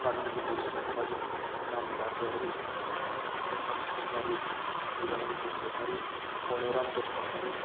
कानुन बसुमतारि फुनम नार्जारि प्रकास कसारि जुगामि बसुमतारि फनिराम बसुमतारि